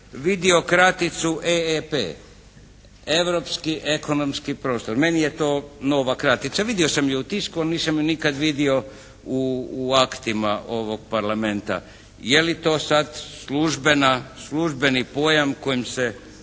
vidio kraticu EEP, Europski ekonomski prostor. Meni je to nova kratica. Vidio sam ju u tisku, nisam ju nikad vidio u aktima ovog Parlamenta. Je li to sad službeni pojam kojim se